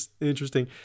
interesting